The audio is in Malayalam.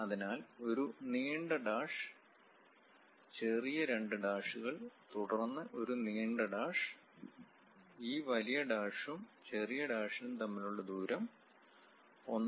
അതിനാൽ ഒരു നീണ്ട ഡാഷ് ചെറിയ രണ്ട് ഡാഷുകൾ തുടർന്ന് ഒരു നീണ്ട ഡാഷ് ഈ വലിയ ഡാഷും ചെറിയ ഡാഷും തമ്മിലുള്ള ദൂരം 1